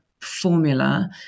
formula